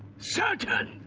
certain!